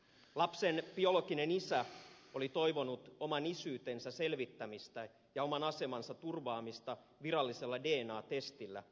lapsen biologinen isä oli toivonut oman isyytensä selvittämistä ja oman asemansa turvaamista virallisella dna testillä mutta turhaan